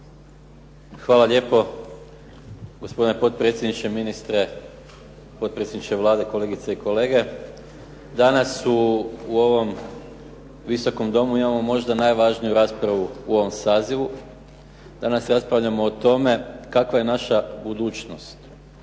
Hvala lijepo. Gospodine potpredsjedniče, ministre, potpredsjedniče Vlade, kolegice i kolege. Danas u ovom Viskom domu imamo možda najvažniju raspravu u ovom sazivu. Danas raspravljamo o tome kakva je naša budućnost